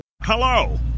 Hello